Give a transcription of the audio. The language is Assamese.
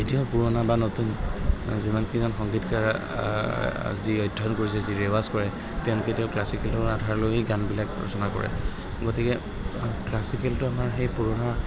এতিয়াও পুৰণা বা নতুন যিমান কিজন সংগীতকাৰ যি অধ্যয়ন কৰিছে যি ৰেৱাজ কৰে তেওঁলোকে তেওঁ ক্লাছিকেলৰ আধাৰ লৈ গানবিলাক ৰচনা কৰে গতিকে ক্লাছিকেলটো আমাৰ সেই পুৰণা